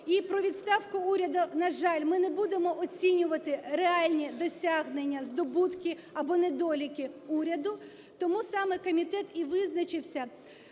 і при відставці уряду, на жаль, ми не будемо оцінювати реальні досягнення, здобутки або недоліки уряду, тому саме комітет і визначився